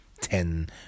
ten